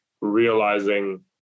realizing